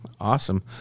Awesome